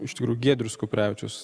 iš tikrųjų giedrius kuprevičius